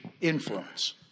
influence